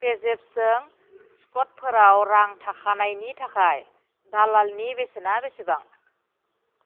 पेजेफजों सट'कफोराव रां खाथायनायनि थाखाय दालालनि बेसेना बेसेबां